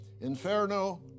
Inferno